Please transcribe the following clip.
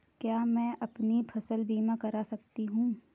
क्या मैं अपनी फसल बीमा करा सकती हूँ?